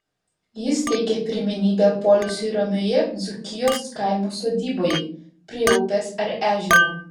jis teikia pirmenybę poilsiui ramioje dzūkijos kaimo sodyboje prie upės ar ežero